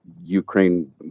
Ukraine